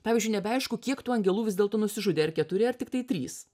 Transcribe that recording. pavyzdžiui nebeaišku kiek tų angelų vis dėlto nusižudė ar keturi ar tiktai trys